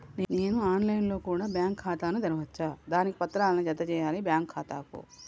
నేను online లో కూడా బ్యాంకు ఖాతా ను తెరవ వచ్చా? దానికి ఏ పత్రాలను జత చేయాలి బ్యాంకు ఖాతాకు?